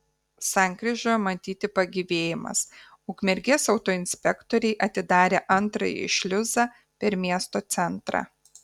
sankryžoje matyti pagyvėjimas ukmergės autoinspektoriai atidarė antrąjį šliuzą per miesto centrą